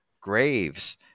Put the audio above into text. graves